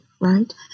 right